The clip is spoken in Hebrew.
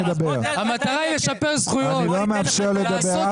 מרגע זה אני לא מאפשר לדבר.